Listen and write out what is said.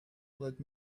let